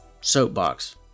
Soapbox